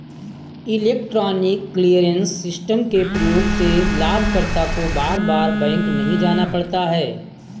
electronic clearance system के प्रयोग से लाभकर्ता को बार बार बैंक नहीं जाना पड़ता है